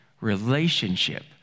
relationship